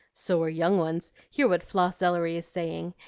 so are young ones hear what floss ellery is saying,